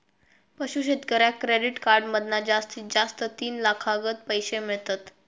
पशू शेतकऱ्याक credit card मधना जास्तीत जास्त तीन लाखातागत पैशे मिळतत